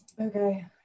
Okay